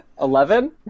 Eleven